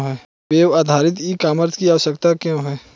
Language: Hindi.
वेब आधारित ई कॉमर्स की आवश्यकता क्या है?